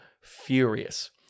furious